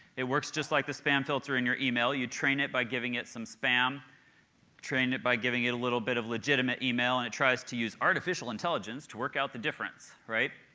it works just like the spam filter in your email. you train it by giving it some spam train it by giving it a little bit of legitimate email, and it tries to use artificial intelligence to work out the difference. right?